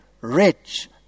rich